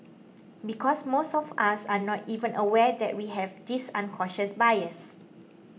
because most of us are not even aware that we have this unconscious bias